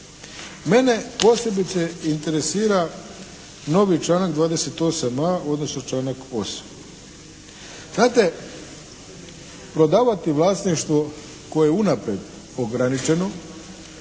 Mene posebice interesira novi članak 28.A, odnosno članak 8. Znate, prodavati vlasništvo koje je unaprijed ograničeno